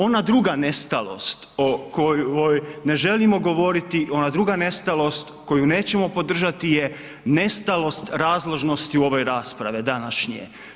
Ona druga nestalost o kojoj ne želimo govoriti, ona druga nestalost koju nećemo podržati je nestalost razložnosti ove rasprave današnje.